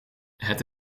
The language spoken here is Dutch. het